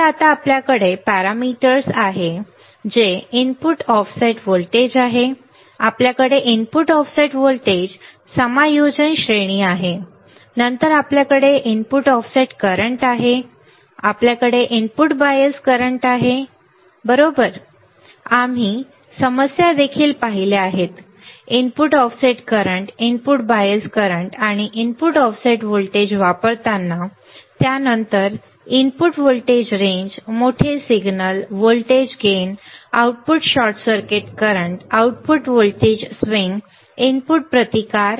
तर आता आपल्याकडे पॅरामीटर आहे जे इनपुट ऑफसेट व्होल्टेज आहे आपल्याकडे इनपुट ऑफसेट व्होल्टेज समायोजन श्रेणी आहे नंतर आपल्याकडे इनपुट ऑफसेट करंट आहे नंतर आपल्याकडे इनपुट बायस करंट आहे आम्ही हे बरोबर पाहिले आहे आम्ही आम्ही समस्या देखील पाहिल्या आहेत input offset current input bias current आणि इनपुट ऑफसेट व्होल्टेज वापरताना त्यानंतर इनपुट व्हॉल्टेज रेंज मोठे signal voltage gain output short circuit current output voltage swing input प्रतिकार आहे